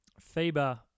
FIBA